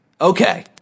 Okay